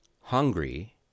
hungry